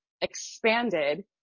expanded